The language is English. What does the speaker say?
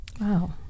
Wow